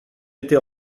été